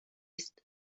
است